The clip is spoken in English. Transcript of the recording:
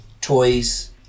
toys